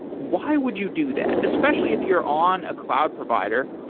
why would you do that? especially if you're on a cloud provider,